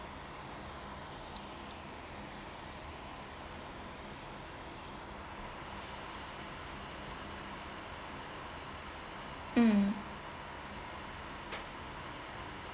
um